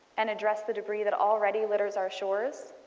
and address the debris that already litters our shores.